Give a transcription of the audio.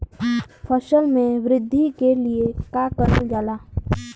फसल मे वृद्धि के लिए का करल जाला?